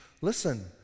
Listen